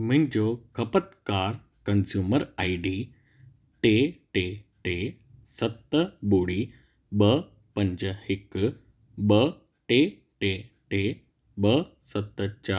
मुंहिंजो खपतकार consumer I D टे टे टे सत ॿुड़ी ॿ पंज हिकु ॿ टे टे टे ॿ सत